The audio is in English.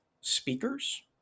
speakers